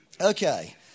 Okay